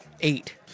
eight